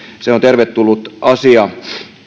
se on tervetullut asia